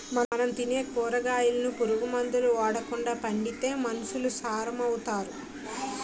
మనం తినే కూరగాయలను పురుగు మందులు ఓడకండా పండిత్తే మనుసులు సారం అవుతారు